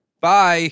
Bye